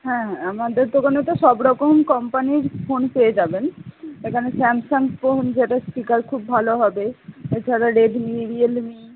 হ্যাঁ হ্যাঁ আমাদের দোকানে তো সব রকম কম্পানির ফোন পেয়ে যাবেন এখানে স্যামসাং ফোন যেটার স্পীকার খুব ভালো হবে এছাড়া রেডমি রিয়েলমি